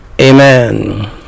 Amen